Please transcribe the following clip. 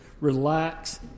Relax